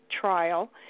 trial